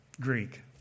Greek